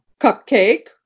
Cupcake